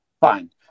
Fine